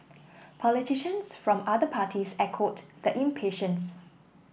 politicians from other parties echoed the impatience